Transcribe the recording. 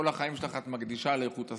את כל החיים שלך את מקדישה לאיכות הסביבה.